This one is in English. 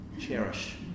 cherish